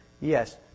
Yes